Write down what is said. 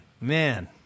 man